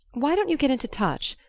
why don't you get into touch?